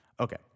Okay